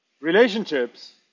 Relationships